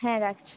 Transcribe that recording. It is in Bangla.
হ্যাঁ রাখছি